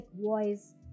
voice